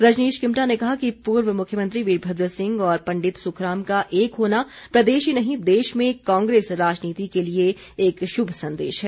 रजनीश किमटा ने पूर्व मुख्यमंत्री वीरभद्र सिंह और पंडित सुखराम का एक होना प्रदेश ही नहीं देश में कांग्रेस राजनीति के लिए एक शुभ संदेश है